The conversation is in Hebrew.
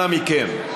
אנא מכם,